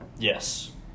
Yes